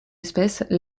espèce